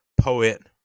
poet